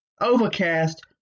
Overcast